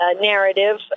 Narrative